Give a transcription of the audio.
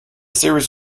series